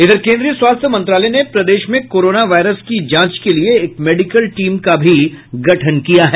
इधर केंद्रीय स्वास्थ्य मंत्रालय ने प्रदेश में कोरोना वायरस की जांच के लिए एक मेडिकल टीम का भी गठन किया है